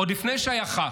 עוד לפני שהיה ח"כ,